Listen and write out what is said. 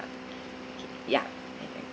ya